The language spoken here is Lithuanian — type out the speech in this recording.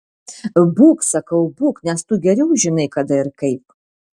būk sakau būk nes tu geriau žinai kada ir kaip